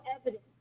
evidence